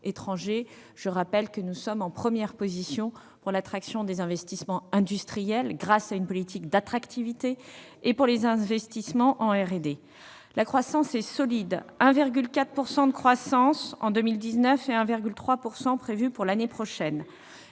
Je rappelle que nous sommes en première position pour l'attraction des investissements industriels, grâce à une politique d'attractivité, et pour les investissements en R&D. La croissance est solide : 1,4 % en 2019 et 1,3 % prévu pour l'année prochaine.